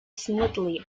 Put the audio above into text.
smoothly